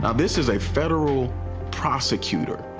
ah this is a federal prosecutor.